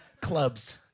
clubs